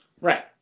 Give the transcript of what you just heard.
Right